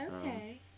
Okay